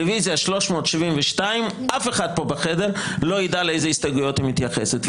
רוויזיה 372 אף אחד פה בחדר לא ידע לאיזה הסתייגויות היא מתייחסת.